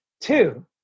Two